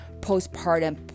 postpartum